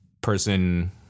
person